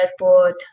airport